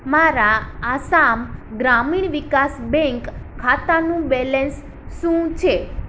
મારા આસામ ગ્રામીણ વિકાસ બેંક ખાતાનું બેલેન્સ શું છે